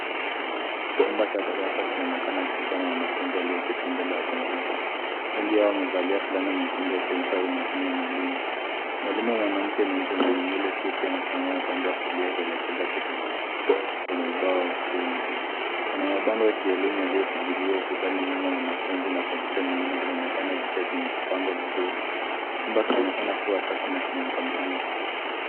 Chumba cha darasa kinaonekana ikiwa na wanafunzi walioketi mbele ya kompyuta. Wengi wao wamevalia fulana nyekundu, wakizingatia mafunzo ya mwalimu. Mwalimu mwanamke mweupe mwenye nywele fupi anasimama kando ya kulia kwenye ubao wa skrini. Kuna mabango ya kielimu yaliyopigiliwa ukutani nyuma ya wanafunzi na kompyuta nyingine zikiwa zimepangwa vizuri. Chumba kinaonekana kuwa safi na kwa mpangilio.